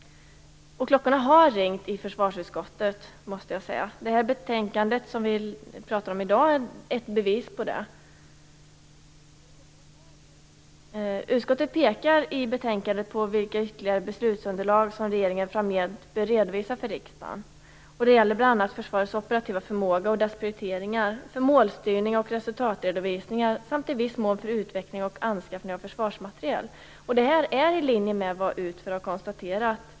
Och klockorna har ringt i försvarsutskottet, måste jag säga. Det betänkande vi talar om i dag är ett bevis på det. Utskottet pekar i betänkandet på vilka ytterligare beslutsunderlag som regeringen framgent bör redovisa för riksdagen. Det gäller bl.a. försvarets operativa förmåga och dess prioriteringar i fråga om målstyrning och resultatredovisningar samt i viss mån utveckling och anskaffning av försvarsmateriel. Det här är i linje med vad UTFÖR har konstaterat.